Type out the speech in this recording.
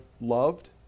loved